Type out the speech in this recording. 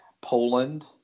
Poland